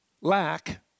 lack